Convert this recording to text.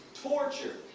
torture,